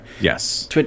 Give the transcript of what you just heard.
Yes